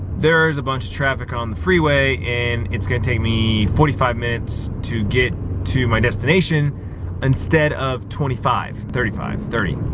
there's a bunch of traffic on the freeway and it's gonna take me forty five minutes to get to my destination instead of twenty five. thirty five, thirty,